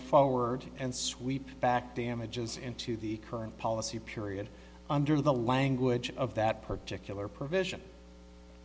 forward and sweep back damages into the current policy period under the language of that particular provision